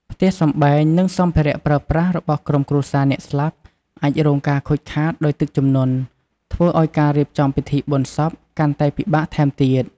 ផ្ទះសម្បែង និងសម្ភារៈប្រើប្រាស់របស់ក្រុមគ្រួសារអ្នកស្លាប់អាចរងការខូចខាតដោយទឹកជំនន់ ធ្វើឲ្យការរៀបចំពិធីបុណ្យសពកាន់តែពិបាកថែមទៀត។